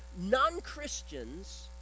non-Christians